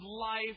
life